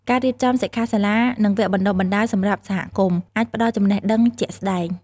ការរៀបចំសិក្ខាសាលា និងវគ្គបណ្ដុះបណ្ដាលសម្រាប់សហគមន៍ អាចផ្តល់ចំណេះដឹងជាក់ស្តែង។